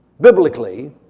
biblically